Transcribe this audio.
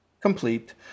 complete